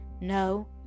No